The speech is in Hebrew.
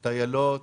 טיילות,